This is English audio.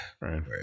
Right